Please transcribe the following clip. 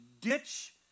ditch